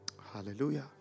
Hallelujah